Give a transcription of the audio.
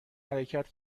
حرکت